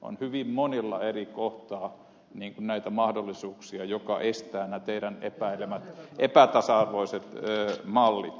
on hyvin monella eri kohtaa näitä mahdollisuuksia jotka estävät nämä teidän epäilemänne epätasa arvoiset mallit